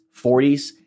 40s